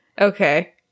Okay